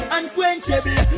Unquenchable